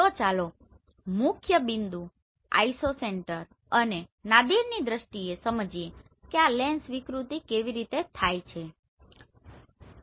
તો ચાલો મુખ્ય પોઈન્ટ આઇસોસેંટર અને નાદિરની દ્રષ્ટિએ સમજીએ કે આ લેન્સ વિકૃતિ કેવી રીતે થાય છે